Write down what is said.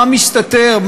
מה מסתתר,